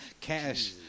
Cash